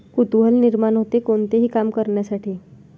कुतूहल निर्माण होते, कोणतेही काम करण्यासाठी